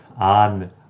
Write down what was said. on